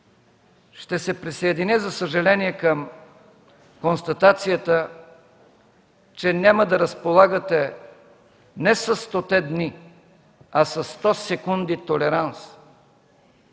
Ще се присъединя, за съжаление, към констатацията, че няма да разполагате не със стоте дни, а със сто секунди толеранс,